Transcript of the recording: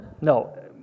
no